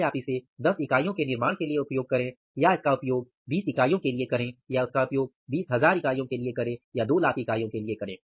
चाहे अब आप इसे 10 इकाइयों के निर्माण के लिए उपयोग करें या इसका उपयोग 20 इकाइयों के लिए करें या इसका उपयोग 200000 इकाइयों के लिए करें